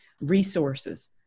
resources